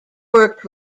worked